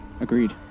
Agreed